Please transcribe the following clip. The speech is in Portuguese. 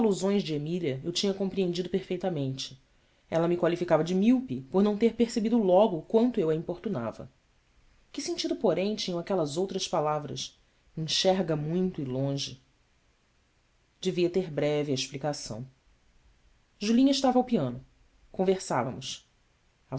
de emília eu tinha compreendido perfeitamente ela me qualificava de míope por não ter percebido logo quanto eu a importunava que sentido porém tinham aquelas outras palavras enxerga muito e longe devia ter breve a explicação julinha estava ao piano conversávamos